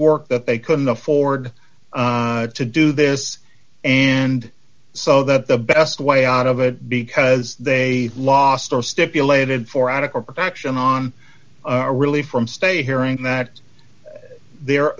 work that they couldn't afford to do this and so that the best way out of it because they lost or stipulated for adequate protection on a really from state hearing that the